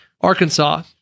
Arkansas